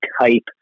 type